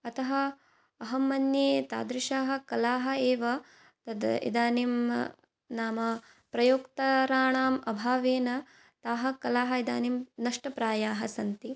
अतः अहं मन्ये तादृशाः कलाः एव तत् इदानीं नाम प्रयोक्तॄणाम् अभावेन ताः कलाः इदानीं नष्टप्रायाः सन्ति